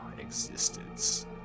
existence